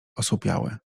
osłupiały